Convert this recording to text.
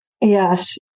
Yes